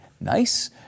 nice